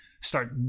start